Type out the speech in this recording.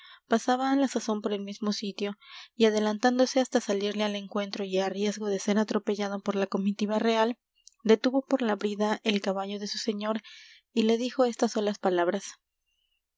á la sazón por el mismo sitio y adelantándose hasta salirle al encuentro y á riesgo de ser atropellado por la comitiva real detuvo por la brida el caballo de su señor y le dijo estas solas palabras